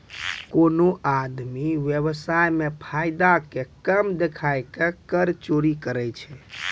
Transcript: कोनो आदमी व्य्वसाय मे फायदा के कम देखाय के कर चोरी करै छै